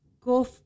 go